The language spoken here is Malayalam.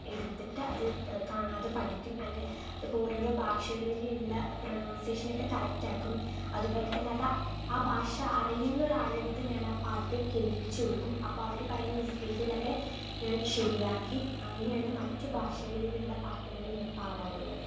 എടുത്തിട്ട് അത് കാണാതെ പഠിക്കും ആന്റ് ഇപ്പോൾ ഓരോരോ ഭാഷകളിലും ഉള്ള പ്രൊനൗൺസേഷൻ ഒക്കെ കറക്ട് ആക്കും അതുപോലെതന്നെ അത് ആ ഭാഷ അറിയുന്ന ഒരാളടുത്ത് ഞാൻ ആ പാട്ട് കേൾപ്പിച്ചു കൊടുക്കും അപ്പം അവർ പറയുന്ന മിസ്റ്റേക്കുകളൊക്കെ ഞാൻ ശരിയാക്കി അങ്ങനെയാണ് മറ്റു ഭാഷകളിലുള്ള പാട്ടുകൾ ഞാൻ പാടാറുള്ളത്